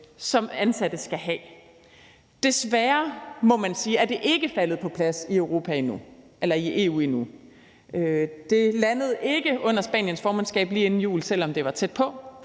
som ansatte skal have. Desværre, må man sige, er det ikke faldet på plads i EU endnu. Det landede ikke lige inden jul under Spaniens formandskab, selv om det var tæt på.